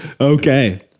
Okay